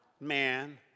man